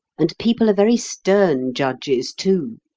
and people are very stern judges, too.